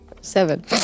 Seven